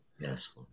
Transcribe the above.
Yes